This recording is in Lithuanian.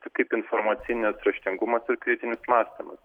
tai kaip informacinis raštingumas ir kritinis mąstymas